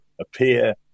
appear